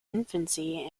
infancy